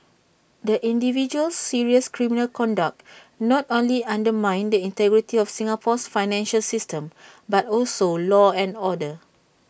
the individual's serious criminal conduct not only undermined the integrity of Singapore's financial system but also law and order